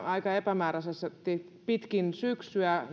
aika epämääräisiä verotuloennusteita pitkin syksyä